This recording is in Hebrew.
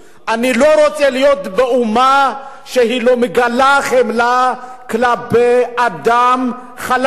אני לא רוצה להיות באומה שלא מגלה חמלה כלפי אדם חלש,